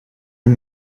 een